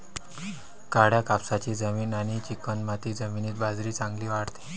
काळ्या कापसाची जमीन आणि चिकणमाती जमिनीत बाजरी चांगली वाढते